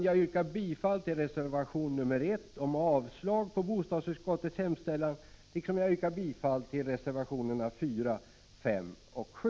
Jag yrkar bifall till reservation 1 och avslag på bostadsutskottets hemställan, liksom jag yrkar bifall till reservationerna 4, 5 och 7.